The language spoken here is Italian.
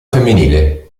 femminile